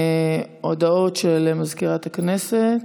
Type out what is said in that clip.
הודעה למזכירת הכנסת.